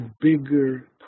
bigger